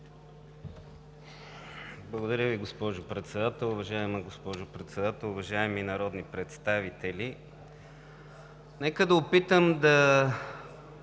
Благодаря Ви, госпожо Председател. Уважаема госпожо Председател, уважаеми народни представители! Нека да опитам да